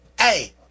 Hey